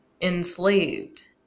enslaved